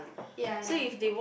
ya I know